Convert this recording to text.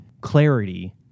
clarity